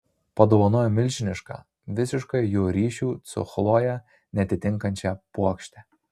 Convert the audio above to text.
padovanojo milžinišką visiškai jo ryšių su chloje neatitinkančią puokštę